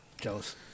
Jealous